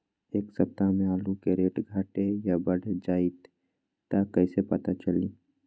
एक सप्ताह मे आलू के रेट घट ये बढ़ जतई त कईसे पता चली?